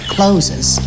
closes